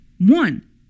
one